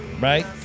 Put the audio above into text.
Right